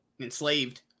enslaved